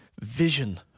vision